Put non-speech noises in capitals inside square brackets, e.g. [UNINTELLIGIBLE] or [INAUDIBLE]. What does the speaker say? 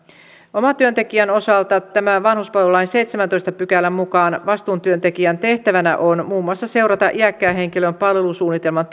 omatyöntekijän osalta vanhuspalvelulain seitsemännentoista pykälän mukaan vastuutyöntekijän tehtävänä on muun muassa seurata iäkkään henkilön palvelusuunnitelman [UNINTELLIGIBLE]